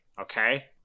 okay